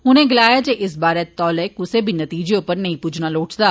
उनें गलाया जे इस बारै तौले कुसै बी नतीजे उप्पर नेंई पुज्जना लोढ़चदा